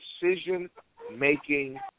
decision-making